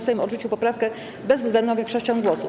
Sejm odrzucił poprawkę bezwzględną większością głosów.